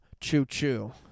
choo-choo